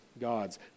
God's